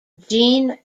jean